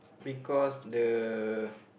because the